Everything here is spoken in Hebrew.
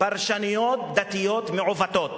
פרשנויות דתיות מעוותות